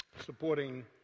Supporting